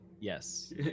Yes